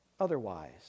otherwise